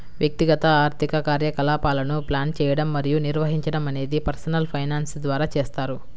వ్యక్తిగత ఆర్థిక కార్యకలాపాలను ప్లాన్ చేయడం మరియు నిర్వహించడం అనేది పర్సనల్ ఫైనాన్స్ ద్వారా చేస్తారు